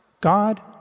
God